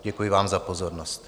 Děkuji vám za pozornost.